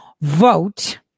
vote